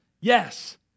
Yes